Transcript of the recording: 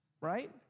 Right